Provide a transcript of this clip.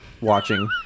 watching